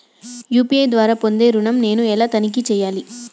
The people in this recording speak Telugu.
యూ.పీ.ఐ ద్వారా పొందే ఋణం నేను ఎలా తనిఖీ చేయాలి?